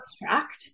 extract